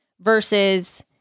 versus